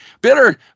bitter